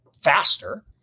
faster